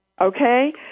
Okay